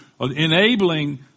enabling